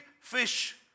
fish